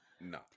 No